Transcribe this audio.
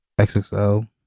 XXL